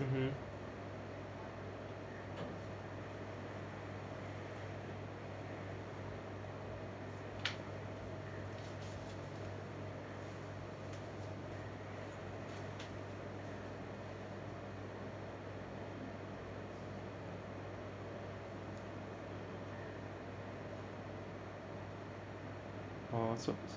mmhmm oh so